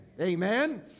Amen